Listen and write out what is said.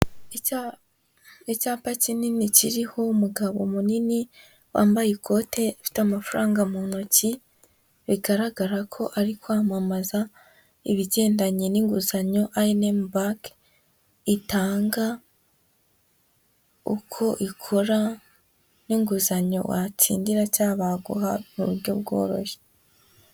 Icyapa kinini kiriho umugabo munini wambaye ikote, ufite amafaranga mu ntoki bigaragara ko ari kwamamaza ibigendanye n'inguzanyo ayendemu banke itanga, uko ikora n'inguzanyo watsindira cyangwa baguha mu buryo bworoshye.